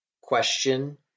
Question